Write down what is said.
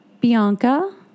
Bianca